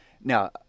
now